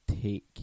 take